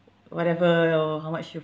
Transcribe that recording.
whatever your how much you